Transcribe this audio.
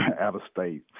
out-of-state